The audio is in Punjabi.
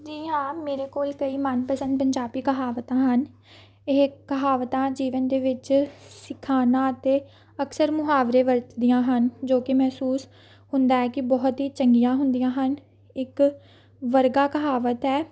ਜੀ ਹਾਂ ਮੇਰੇ ਕੋਲ ਕਈ ਮਨਪਸੰਦ ਪੰਜਾਬੀ ਕਹਾਵਤਾਂ ਹਨ ਇਹ ਕਹਾਵਤਾਂ ਜੀਵਨ ਦੇ ਵਿੱਚ ਅਖਾਣਾਂ ਅਤੇ ਅਕਸਰ ਮੁਹਾਵਰੇ ਵਰਤਦੀਆਂ ਹਨ ਜੋ ਕਿ ਮਹਿਸੂਸ ਹੁੰਦਾ ਹੈ ਕਿ ਬਹੁਤ ਹੀ ਚੰਗੀਆਂ ਹੁੰਦੀਆਂ ਹਨ ਇੱਕ ਵਰਗਾ ਕਹਾਵਤ ਹੈ